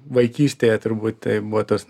vaikystėje turbūt tai buvo tos